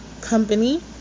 company